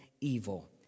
evil